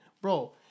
bro